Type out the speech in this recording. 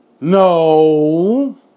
No